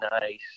nice